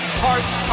parts